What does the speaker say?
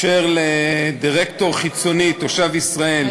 לדירקטור חיצוני תושב ישראל,